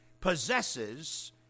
possesses